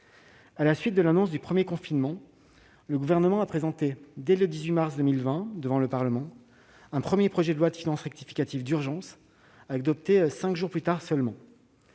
À la suite de l'annonce du premier confinement, le Gouvernement a présenté au Parlement, dès le 18 mars 2020, un premier projet de loi de finances rectificative d'urgence, adopté cinq jours plus tard seulement.